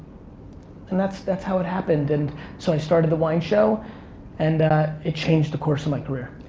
and that's that's how it happened. and so, i started the wine show and it changed the course of my career.